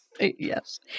Yes